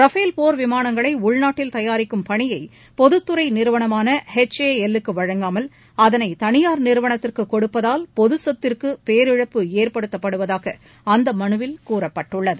Rafale போர் விமானங்களை உள்நாட்டில் தயாரிக்கும் பணியை பொதுத்துறை நிறுவனமான எச் ஏ எல் க்கு வழங்காமல் அதனை தனியார் நிறுவளத்துக்கு கொடுப்பதால் பொதுச்சொத்துக்கு பேரிழப்பு ஏற்படுத்தப்படுவதாக அந்த மனுவில் கூறப்பட்டுள்ளது